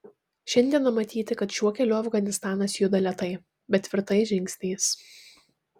šiandieną matyti kad šiuo keliu afganistanas juda lėtai bet tvirtais žingsniais